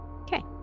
Okay